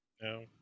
No